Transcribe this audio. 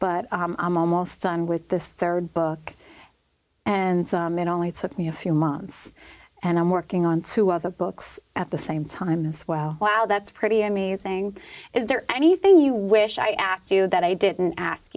but i'm almost done with this rd book and some it only took me a few months and i'm working on two other books at the same time as well wow that's pretty amazing is there anything you wish i asked you that i didn't ask